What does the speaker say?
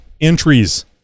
entries